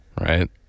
Right